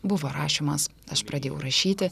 buvo rašymas aš pradėjau rašyti